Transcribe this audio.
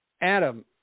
Adam